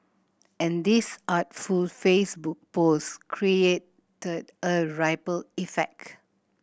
and this artful Facebook post created a ripple effect